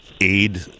aid